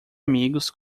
amigos